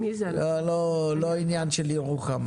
זה לא עניין של ירוחם.